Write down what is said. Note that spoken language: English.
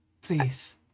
Please